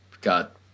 Got